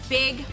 big